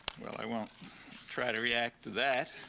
well, i won't try to react to that.